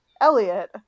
elliot